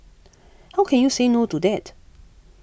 how can you say no to that